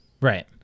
Right